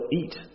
eat